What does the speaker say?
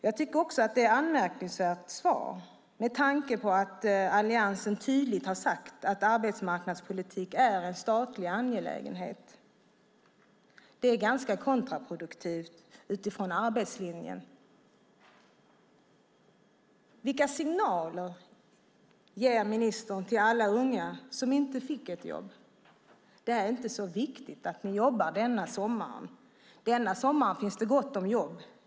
Det är också ett anmärkningsvärt svar med tanke på att Alliansen tydligt har sagt att arbetsmarknadspolitik är en statlig angelägenhet. Det är ganska kontraproduktivt utifrån arbetslinjen. Vilka signaler ger ministern till alla unga som inte fick ett jobb? Det är inte så viktigt att ni jobbar denna sommar. Denna sommar finns det gott om jobb.